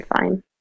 Fine